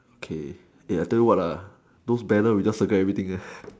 okay eh I tell you what ah those banners we just circle everything